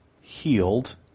healed